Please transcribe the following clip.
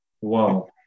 Wow